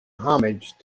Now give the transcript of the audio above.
homage